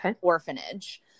orphanage